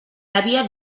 havia